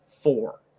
four